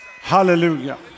Hallelujah